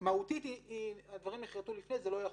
כשמהותית הדברים נכרתו לפני, ואז זה לא יחול.